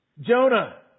Jonah